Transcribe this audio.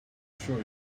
sure